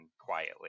quietly